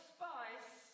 Spice